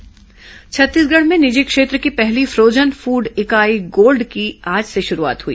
frozen food इकाई छत्तीसगढ़ में निजी क्षेत्र की पहली फ्रोजन फूड इकाई गोल्ड की आज से शुरूआत हुई